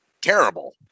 terrible